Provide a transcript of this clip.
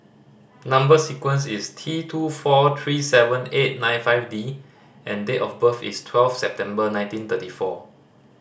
number sequence is T two four three seven eight nine five D and date of birth is twelve September nineteen thirty four